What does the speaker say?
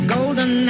Golden